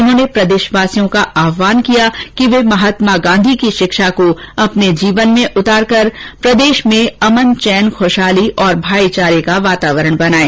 उन्होंने प्रदेशवासियों का आहवान किया कि वे महात्मा गांधी की शिक्षा को अपने जीवन में उतारकर प्रदेश में अमन चैन खुशहाली और भाईचारे का वातावरण बनाएं